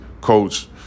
Coach